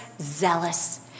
zealous